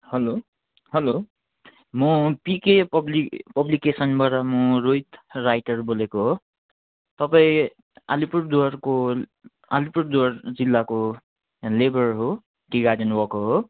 hello hello म PK public पब्लिकेसनबाट म रोहित राइटर बोलेको हो तपाईँ अलिपुरद्वारको अलिपुरद्वार जिल्लाको यहाँ लेबर हो टी गार्डन वर्कर हो